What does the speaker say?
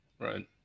Right